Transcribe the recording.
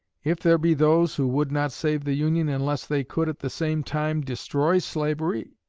if there be those who would not save the union unless they could at the same time destroy slavery,